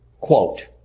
quote